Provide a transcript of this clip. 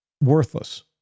worthless